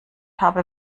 habe